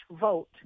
vote